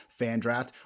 FanDraft